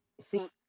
See